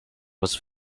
was